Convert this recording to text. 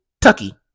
Tucky